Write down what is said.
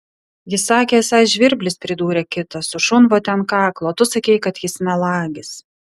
jis sakė esąs žvirblis pridūrė kitas su šunvote ant kaklo o tu sakei kad jis melagis